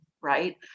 Right